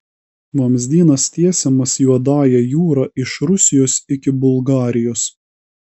vamzdynas tiesiamas juodąja jūra iš rusijos iki bulgarijos